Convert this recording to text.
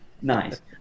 Nice